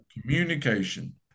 communication